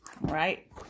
right